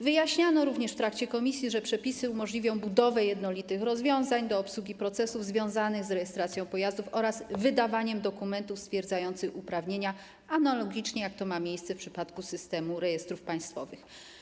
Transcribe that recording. Wyjaśniano również w trakcie prac komisji, że przepisy umożliwią budowę jednolitych rozwiązań w zakresie obsługi procesów związanych z rejestracją pojazdów oraz wydawaniem dokumentów stwierdzających uprawnienia, analogicznie do tego, co ma miejsce w przypadku systemu rejestrów państwowych.